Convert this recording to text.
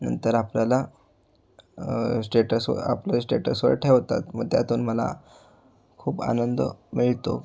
नंतर आपल्याला स्टेटसवर आपल्या स्टेटसवर ठेवतात मग त्यातून मला खूप आनंद मिळतो